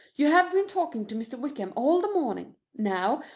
you have been talking to mr. wickham all the morning. now,